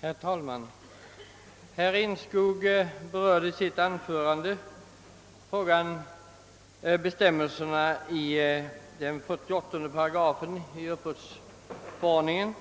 Herr talman! Herr Enskog berörde i sitt anförande bestämmelserna i 48 § uppbördsförordningen,